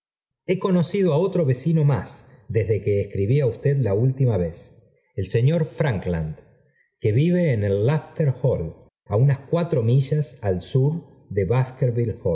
he conocido á otro vecino más desde que escribí á usted la última vez el señor frankland que vive en el lafter hall á unas cuatro millas al sur de